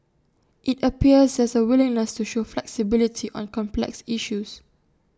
IT appears there's A willingness to show flexibility on complex issues